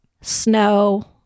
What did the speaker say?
snow